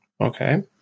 okay